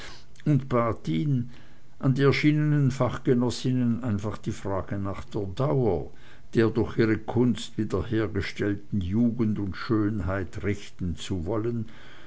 ihn an die erschienenen fachgenossinnen einfach die frage nach der dauer der durch ihre kunst wiederhergestellten jugend und schönheit richten zu wollen